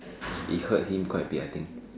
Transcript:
it hurt him quite a bit I think